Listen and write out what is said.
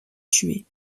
tués